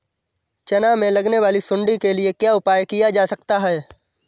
चना में लगने वाली सुंडी के लिए क्या उपाय किया जा सकता है?